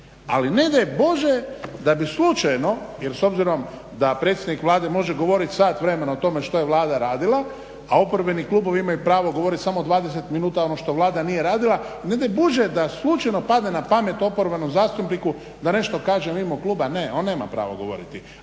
Ali ne daj Bože da bi slučajno jer s obzirom da predsjednik Vlade može govoriti sat vremena o tome što je Vlada radila a oporbeni klubovi imaju pravo govoriti samo 20 minuta ono što Vlada nije radila ne daj Bože da slučajno padne na pamet oporbenom zastupniku da nešto kaže mimo kluba. Ne on nema pravo govoriti.